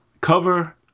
cover